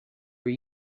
were